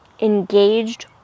engaged